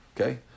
Okay